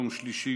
יום שלישי,